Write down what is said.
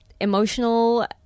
emotional